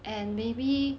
and maybe